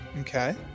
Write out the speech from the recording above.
Okay